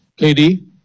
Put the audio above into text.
KD